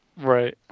right